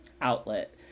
outlet